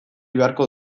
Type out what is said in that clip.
beharko